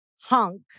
hunk